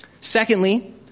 Secondly